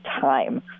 time